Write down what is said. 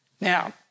Now